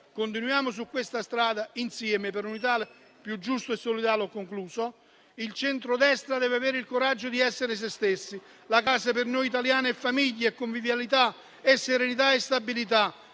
Continuiamo su questa strada insieme per un'Italia più giusta e solidale. Il centrodestra deve avere il coraggio di essere sé stesso. La casa per noi italiani è famiglia e convivialità, è serenità e stabilità.